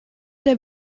der